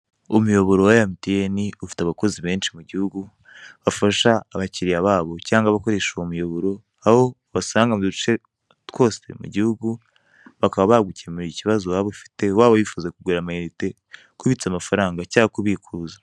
Umuyoboro wa emutiyeni ufite abakozi benshi mu gihugu, bafasha abakiriya babo cyangwa abakoresha uwo muyoboro, aho ubasanga mu duce twose turi mu gihugu, bakaba bagukemurira ikibazo waba ufite, waba wifuza kugura amayinite, kubitsa amafaranga, cyangwa kubikuza.